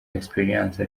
experience